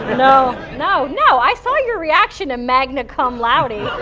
no, no, no! i saw your reaction to magna cum loudy.